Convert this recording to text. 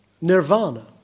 Nirvana